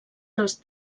dels